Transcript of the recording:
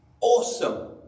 Awesome